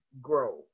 grow